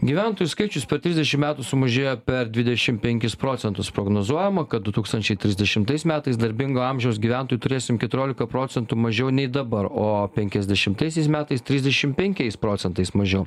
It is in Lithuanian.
gyventojų skaičius per trisdešim metų sumažėjo per dvidešim penkis procentus prognozuojama kad du tūkstančiai trisdešimtais metais darbingo amžiaus gyventojų turėsim keturiolika procentų mažiau nei dabar o penkiasdešimtaisiais metais trisdešim penkiais procentais mažiau